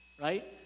right